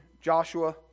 Joshua